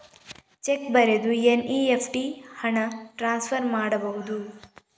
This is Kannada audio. ಚೆಕ್ ಬರೆದು ಎನ್.ಇ.ಎಫ್.ಟಿ ಮಾಡಿ ಹಣ ಟ್ರಾನ್ಸ್ಫರ್ ಮಾಡಬಹುದು?